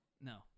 No